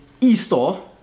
e-store